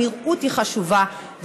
הנראות היא חשובה,